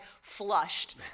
flushed